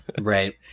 Right